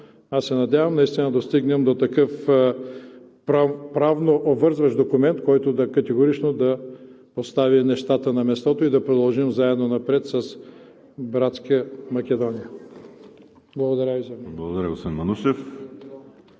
аз се надявам наистина да достигнем до такъв правно обвързващ документ, който категорично да постави нещата на мястото и да продължим заедно напред с братска Македония. Благодаря Ви за